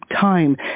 time